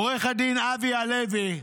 עו"ד אבי הלוי,